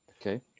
okay